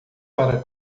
para